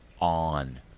on